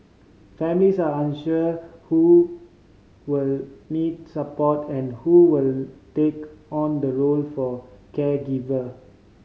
families are unsure who will need support and who will take on the role for caregiver